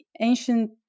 ancient